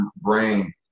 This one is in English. brain